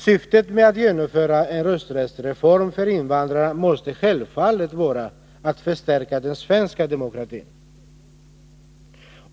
Syftet med att genomföra en rösträttsreform för invandrarna måste självfallet vara att förstärka den svenska demokratin.